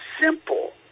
simple